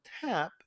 tap